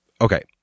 Okay